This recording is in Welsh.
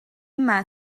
yma